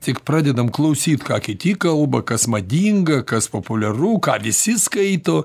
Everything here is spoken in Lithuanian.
tik pradedam klausyt ką kiti kalba kas madinga kas populiaru ką visi skaito